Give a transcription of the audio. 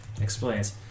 explains